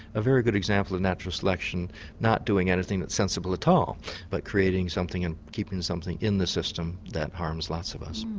a very good example in natural selection not doing anything that's sensible at all but creating something and keeping something in the system that harms lots of us.